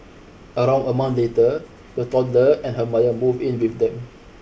around a month later the toddler and her mother moved in with them